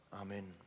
Amen